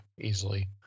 easily